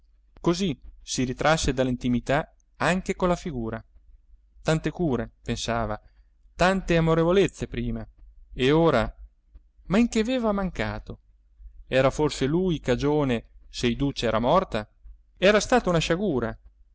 così si ritrasse dall'intimità anche con la figura tante cure pensava tante amorevolezze prima e ora ma in che aveva mancato era forse lui cagione se iduccia era morta era stata una sciagura